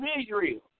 Israel